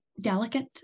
delicate